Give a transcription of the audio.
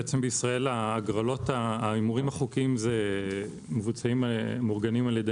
ההימורים החוקיים בישראל מאורגנים על ידי